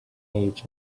age